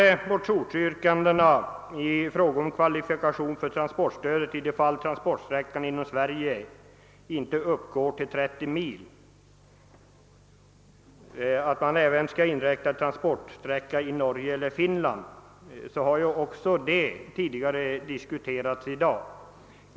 Motionsyrkandena att även transportsträckorna i Norge och Finland skall räknas in för den händelse den stödberättigade transportsträckan inte uppgår till 300 km inom Sverige har också diskuterats tidigare i dag.